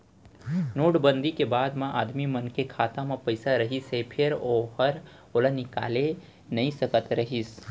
note बंदी के बाद म आदमी मन के खाता म पइसा रहिस हे फेर ओहर ओला निकाले नइ सकत रहिस